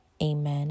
amen